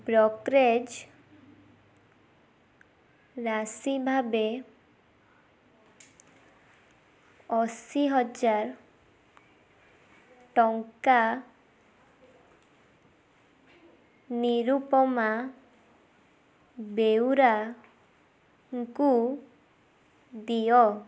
brokerage ରାଶି ଭାବେ ଅଶୀହଜାର ଟଙ୍କା ନିରୁପମା ବେଉରାଙ୍କୁ ଦିଅ